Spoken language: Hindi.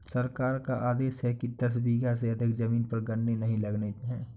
सरकार का आदेश है कि दस बीघा से अधिक जमीन पर गन्ने नही लगाने हैं